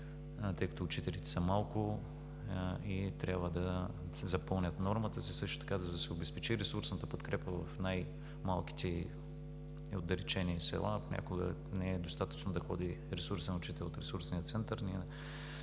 тъй като учителите са малко и трябва да запълнят нормата си. Също така, за да се обезпечи ресурсната подкрепа в най-малките и отдалечени села, понякога не е достатъчно да ходи ресурсен учител в ресурсния център